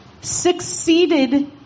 succeeded